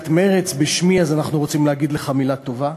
סיעת מרצ, בשמי, אנחנו רוצים להגיד לך מילה טובה.